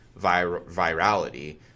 virality